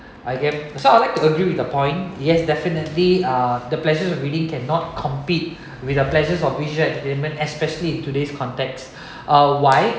okay so I'd like to agree with your point yes definitely uh the pleasure of reading cannot compete with the pleasure of visual entertainment especially in today's context uh why